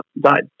died